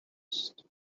است